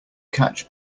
catch